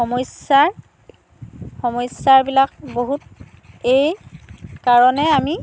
সমস্যাৰ সমস্যাবিলাক বহুত এই কাৰণে আমি